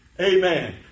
Amen